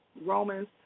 Romans